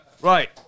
Right